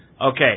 Okay